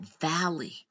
valley